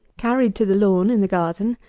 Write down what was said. carried to the lawn in the garden,